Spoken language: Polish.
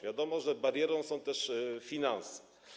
Wiadomo, że barierą są też finanse.